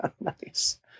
nice